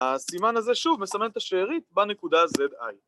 ‫הסימן הזה שוב מסמן את השארית ‫בנקודה ZI.